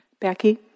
Becky